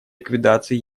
ликвидации